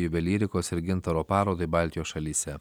juvelyrikos ir gintaro parodai baltijos šalyse